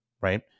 Right